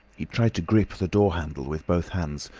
he tried to grip the door handle with both hands.